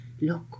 Look